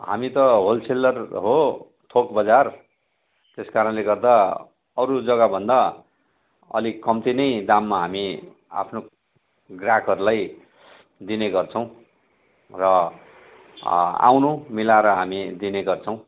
हामी त होलसेलर हो थोक बजार त्यसकारणले गर्दा अरू जग्गाभन्दा अलिक कम्ती नै दाममा हामी आफ्नो ग्राहकहरूलाई दिनेगर्छौँ र आउनू मिलाएर हामी दिनेगर्छौँ